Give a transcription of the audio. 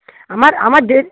আমার আমার ডেট